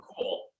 cool